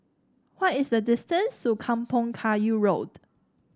what is the distance to Kampong Kayu Road